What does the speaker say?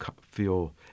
feel